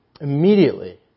Immediately